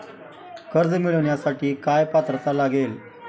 कर्ज मिळवण्यासाठी काय पात्रता लागेल?